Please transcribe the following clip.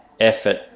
effort